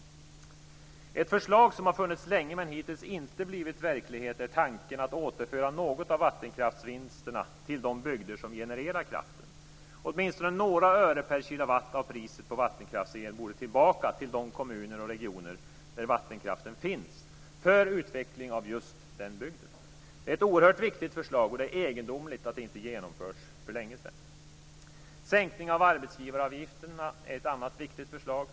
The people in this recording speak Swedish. Ett förslag som har funnits länge men som hittills inte blivit verklighet är tanken att återföra något av vattenkraftsvinsterna till de bygder som genererar kraften. Åtminstone några öre per kilowatt av priset på vattenkraftsel borde gå tillbaka till de kommuner och regioner där vattenkraften finns för utveckling av just den bygden. Det är ett oerhört viktigt förslag, och det är egendomligt att det inte har genomförts för länge sedan. Sänkning av arbetsgivaravgifterna är ett annat viktigt förslag.